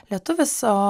lietuvis o